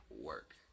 work